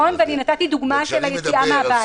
נכון, ונתתי דוגמה של היציאה מן הבית.